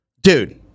Dude